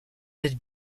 d’être